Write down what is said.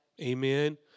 Amen